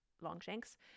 Longshanks